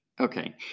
Okay